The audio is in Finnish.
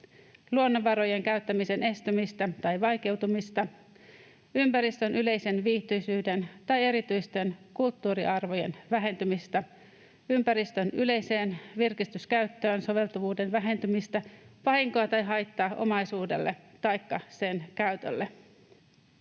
luonnonvarojen käyttämisen estämistä tai vaikeutumista, ympäristön yleisen viihtyisyyden tai erityisten kulttuuriarvojen vähentymistä, ympäristön yleiseen virkistyskäyttöön soveltuvuuden vähentymistä, vahinkoa tai haittaa omaisuudelle taikka sen käytölle.